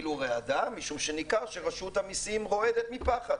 כי ניכר שרשות המסים רועדת מפחד